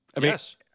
Yes